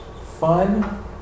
fun